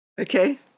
Okay